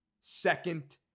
second